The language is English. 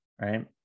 right